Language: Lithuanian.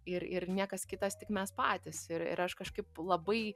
ir ir niekas kitas tik mes patys ir ir aš kažkaip labai